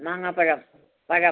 മാങ്ങാപ്പഴം പഴം